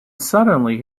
suddenly